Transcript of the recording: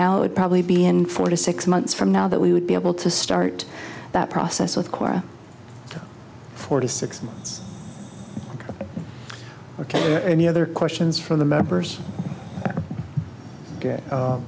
now would probably be in four to six months from now that we would be able to start that process with quora forty six months ok any other questions from the members